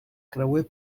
creuer